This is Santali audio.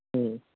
ᱦᱮᱸ